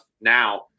now